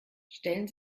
stellen